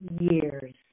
years